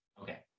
Okay